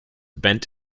bent